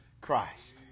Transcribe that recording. Christ